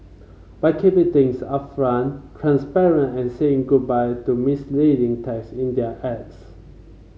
by keeping things upfront transparent and saying goodbye to misleading text in their ads